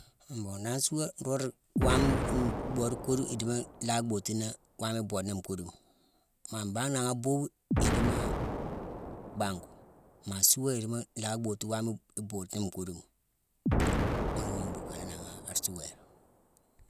Mbon nangha asua, nroog, waame bhoodu koodu, idimo nlaa bootune wama iboode ni nkooduma. Maa mbangh nangha aboobu, idimaa, banku. Maa sua, idimo laa bootune wama ibootune iboode ni nkooduma. Ghuna miine mbuukalé nangha asua yer.